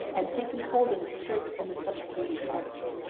and taken hold of his skirt in a supplicating posture.